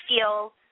feel